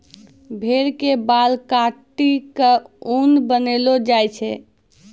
भेड़ के बाल काटी क ऊन बनैलो जाय छै